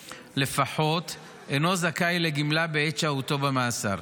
לפחות אינו זכאי לגמלה בעת שהותו במאסר.